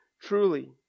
truly